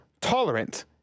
tolerant